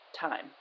time